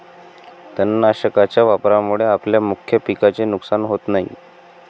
तणनाशकाच्या वापरामुळे आपल्या मुख्य पिकाचे नुकसान होत नाही